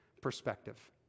perspective